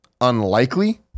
unlikely